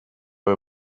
või